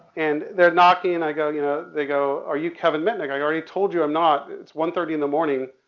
and they're knocking and i go, you know, they go, are you kevin mitnick? i already told you i'm not. it's one thirty in the morning,